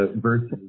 versus